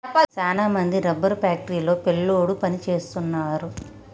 సాన మంది rubber factory లో పిల్లోడు పని సేస్తున్నారు